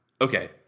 okay